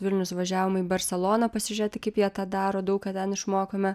vilnius važiavom į barseloną pasižiūrėti kaip jie tą daro daug ką ten išmokome